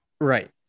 Right